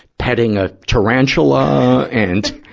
petting a tarantula and,